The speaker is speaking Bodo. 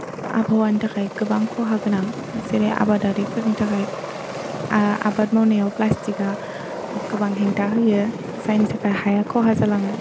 आबहावानि थाखाय गोबां खहा गोनां जेरै आबादारिफोरनि थाखाय आबाद मावनायाव प्लास्टिकआ गोबां हेंथा होयो जायनि थाखाय हाया खहा जालाङो